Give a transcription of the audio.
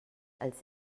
als